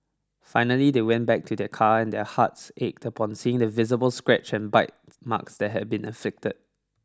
finally they went back to their car and their hearts ached upon seeing the visible scratch and bite marks that had been inflicted